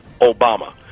Obama